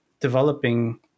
developing